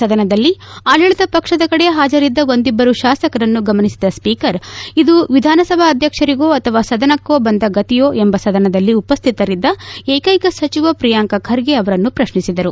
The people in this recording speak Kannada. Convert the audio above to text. ಸದನದಲ್ಲಿ ಆಡಳಿತ ಪಕ್ಷದ ಕಡೆ ಹಾಜರಿದ್ದ ಒಂದಿಬ್ಲರು ಶಾಸಕರನ್ನು ಗಮನಿಸಿದ ಸ್ವೀಕರ್ ಇದು ವಿಧಾನಸಭಾಧ್ಯಕ್ಷರಿಗೋ ಅಥವಾ ಸದನಕ್ಕೆ ಬಂದ ಗತಿಯೋ ಎಂದು ಸದನದಲ್ಲಿ ಉಪಸ್ಥಿತರಿದ್ದ ಏಕೈಕ ಸಚಿವ ಪ್ರಿಯಾಂಕ್ ಖರ್ಗೆ ಅವರನ್ನು ಪ್ರತ್ನಿಸಿದರು